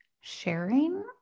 sharing